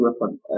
weapon